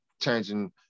changing